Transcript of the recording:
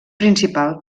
principal